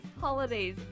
holidays